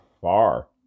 far